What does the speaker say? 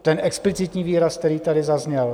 Ten explicitní výraz, který tady zazněl?